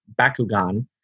Bakugan